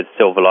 Silverlight